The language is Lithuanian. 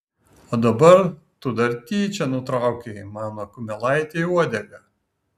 o dabar tu dar tyčia nutraukei mano kumelaitei uodegą